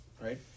right